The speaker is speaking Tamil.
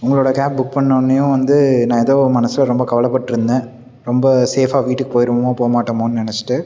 உங்களோட கேப் புக் பண்ணோடனையும் வந்து நான் ஏதோ மனசில் ரொம்ப கவலைப்பட்டுட்ருந்தேன் ரொம்ப சேஃபாக வீட்டுக்கு போயிடுவோமா போக மாட்டோமான்னு நெனைச்சிட்டு